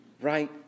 right